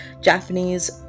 Japanese